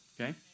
Okay